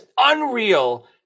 unreal